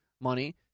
money